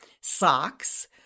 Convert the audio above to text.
socks